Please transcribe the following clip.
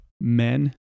men